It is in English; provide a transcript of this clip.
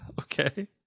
Okay